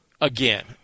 again